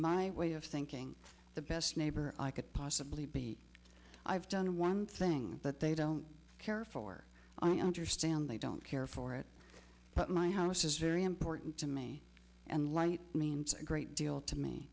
my way of thinking the best neighbor i could possibly be i've done one thing that they don't care for i understand they don't care for it but my house is very important to me and light means a great deal to me